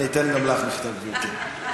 אני אתן גם לך מכתב, גברתי.